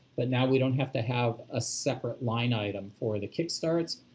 but now we don't have to have a separate line item for the kickstarts,